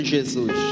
Jesus